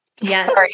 Yes